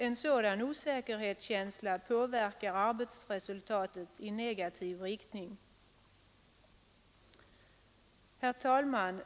En sådan osäkerhetskänsla påverkar arbetsresultatet i negativ riktning. Herr talman!